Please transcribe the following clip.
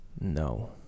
No